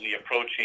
approaching